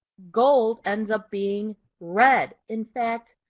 gold ends up being red. in fact,